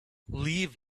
leave